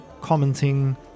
commenting